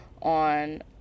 on